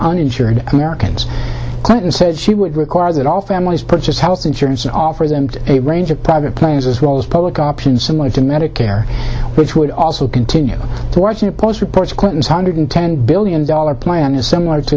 uninsured americans clinton said she would require that all families purchase health insurance and offer them a range of private plans as well as a public option similar to medicare which would also continue to watch and post reports clinton's hundred ten billion dollars plan is similar to